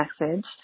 message